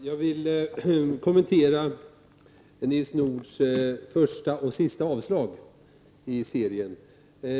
Fru talman! Jag vill kommentera Nils Nordhs första och sista avslagsyrkande i serien.